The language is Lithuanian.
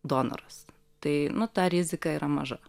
donoras tai nu ta rizika yra maža